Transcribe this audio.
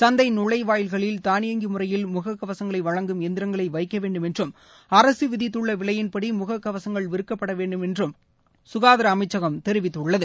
சந்தை நுழைவாயில்களில் தானியங்கி முறையில் முக கவசங்களை வழங்கும் எந்திரங்களை வைக்க வேண்டுமென்றும் அரசு விதித்துள்ள விலையின்படி முக கவசங்கள் விற்கப்பட வேண்டுமென்றும் சுகாதார அமைச்சகம் தெரிவித்துள்ளது